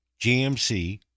GMC